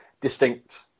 distinct